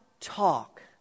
talk